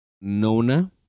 Nona